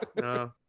No